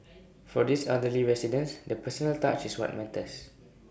for these elderly residents the personal touch is what matters